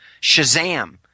shazam